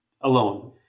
alone